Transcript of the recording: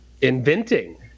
inventing